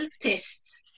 test